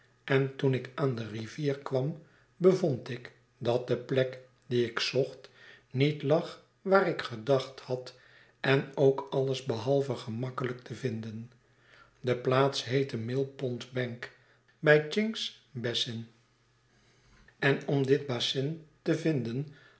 en toen ik aan de rivier kwam bevond ik dat de plek die ik zocht niet lag waar ik gedacht had en ook alles behalve gemakkelijk te vinden de plaats heette mill pond bank bij chink's basin en om dit tusschen be